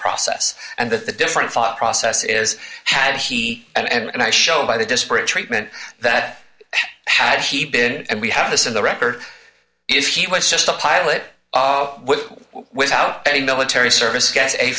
process and that the different thought process is had he and i show by the disparate treatment that had he been and we have this in the record if he was just a pilot with without any military service get a